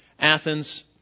Athens